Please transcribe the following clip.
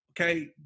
okay